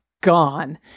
gone